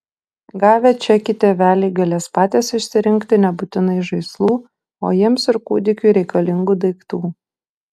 gavę čekį tėveliai galės patys išsirinkti nebūtinai žaislų o jiems ir kūdikiui reikalingų daiktų